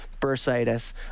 bursitis